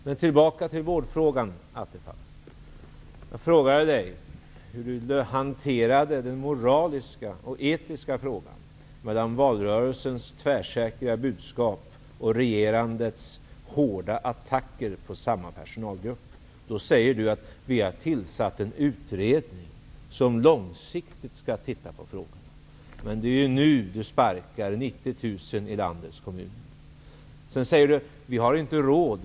Jag skall nu återkomma till vårdfrågan. Jag frågade hur Stefan Attefall hanterade den moraliska och etiska frågan när det gällde valrörelsens tvärsäkra budskap om vårdpersonalen och regeringens hårda attacker på samma personalgrupp. Stefan Attefall svarade att man har tillsatt en utredning som långsiktigt skall titta på frågan. Men det är ju nu som 90 000 sparkas i landets kommuner. Sedan säger Stefan Attefall: Vi har inte råd.